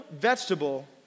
vegetable